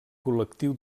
col·lectiu